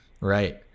Right